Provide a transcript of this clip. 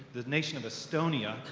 the nation of estonia,